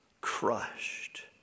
crushed